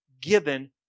given